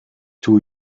two